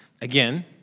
Again